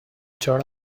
turn